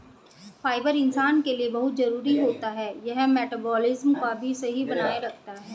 fibre इंसान के लिए बहुत जरूरी होता है यह मटबॉलिज़्म को भी सही बनाए रखता है